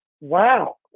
wow